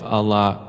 Allah